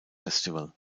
festival